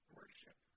worship